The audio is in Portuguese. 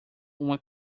uma